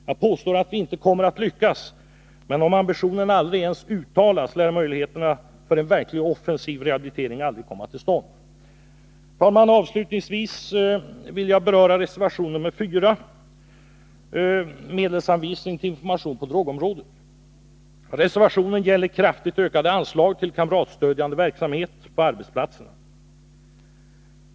Jag påstår inte att vi kommer att lyckas, men om ambitionen aldrig ens uttalas lär möjligheterna för en verkligt offensiv rehabilitering aldrig komma till stånd. Herr talman! Avslutningsvis vill jag beröra reservation 4 om medelsanvisning till information på drogområdet. Reservationen gäller kraftigt ökade anslag till kamratstödjande verksamhet på arbetsplatserna.